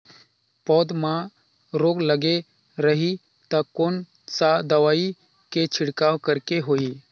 पौध मां रोग लगे रही ता कोन सा दवाई के छिड़काव करेके होही?